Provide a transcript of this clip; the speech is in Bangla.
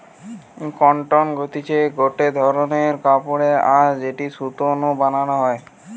কটন হতিছে গটে ধরণের কাপড়ের আঁশ যেটি সুতো নু বানানো হয়